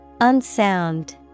Unsound